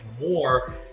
more